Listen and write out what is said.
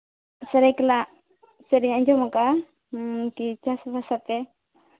ᱥᱚᱨᱟᱭᱠᱮᱞᱞᱟ ᱥᱮᱫ ᱨᱮᱧ ᱟᱸᱡᱚᱢ ᱠᱟᱜᱼᱟ ᱠᱤ ᱪᱟᱥᱼᱵᱟᱥ ᱟᱯᱮ